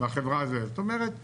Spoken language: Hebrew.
זאת אומרת הפרטתי,